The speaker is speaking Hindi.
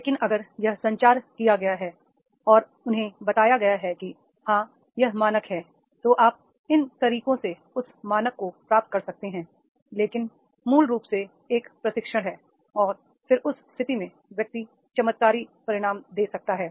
लेकिन अगर यह संचार किया गया है और उन्हें बताया गया है कि हाँ यह मानक है तो आप इन तरीकों से उस मानक को प्राप्त कर सकते हैं जो मूल रूप से एक प्रशिक्षण है और फिर उस स्थिति में व्यक्ति चमत्कारी परिणाम दे सकता है